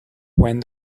when